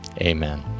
Amen